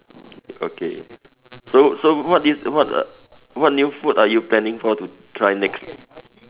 okay so so what new what uh what new food are you planning for to try next